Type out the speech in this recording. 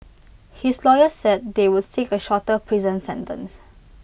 his lawyer said they would seek A shorter prison sentence